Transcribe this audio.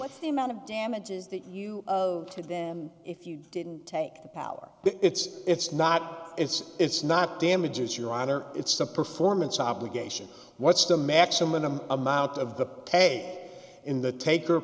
the amount of damages that you of to them if you didn't take the power it's it's not it's it's not damages your honor it's the performance obligation what's the maximum amount of the pay in the take